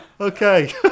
Okay